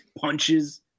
punches